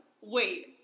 Wait